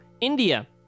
India